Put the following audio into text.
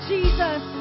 Jesus